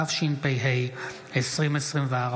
התשפ"ה 2024,